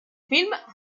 film